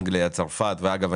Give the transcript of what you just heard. אנגליה וצרפת אגב,